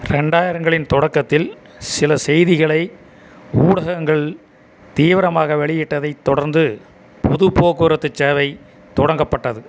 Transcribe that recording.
ரெண்டாயிரங்களின் தொடக்கத்தில் சில செய்திகளை ஊடகங்கள் தீவிரமாக வெளியிட்டதைத் தொடர்ந்து பொதுப் போக்குவரத்துச் சேவை தொடங்கப்பட்டது